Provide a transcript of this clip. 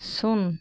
ᱥᱩᱱ